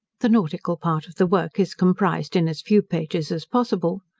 the nautical part of the work is comprized in as few pages as possible.